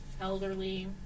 Elderly